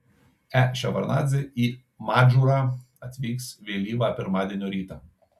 e ševardnadzė į madžūrą atvyks vėlyvą pirmadienio rytą